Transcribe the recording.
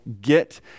get